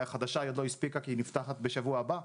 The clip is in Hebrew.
בחדשה היא עוד לא הספיקה כי היא נפתחת בשבוע הבא.